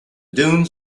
dunes